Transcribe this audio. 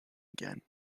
again